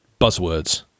buzzwords